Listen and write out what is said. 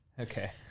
Okay